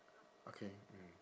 okay mm